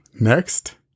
next